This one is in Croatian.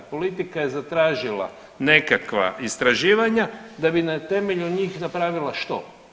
Politika je zatražila nekakva istraživanja da bi na temelju njih napravila što?